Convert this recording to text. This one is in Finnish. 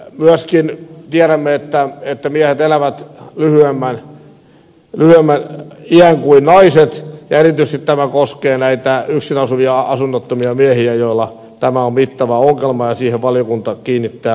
myöskin tiedämme että miehet elävät lyhyemmän iän kuin naiset ja erityisesti tämä koskee yksin asuvia asunnottomia miehiä joilla tämä on mittava ongelma ja siihen valiokunta kiinnittää huomiota